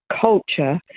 culture